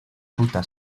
ruta